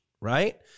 Right